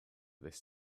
this